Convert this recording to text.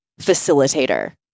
facilitator